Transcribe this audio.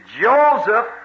Joseph